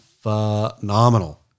Phenomenal